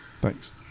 Thanks